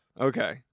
Okay